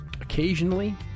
Occasionally